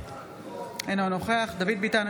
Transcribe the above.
אינו נוכח דוד ביטן,